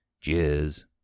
Cheers